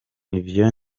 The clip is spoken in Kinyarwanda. ivyo